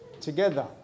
together